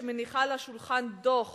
שמניחה על השולחן דוח